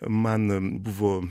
man buvo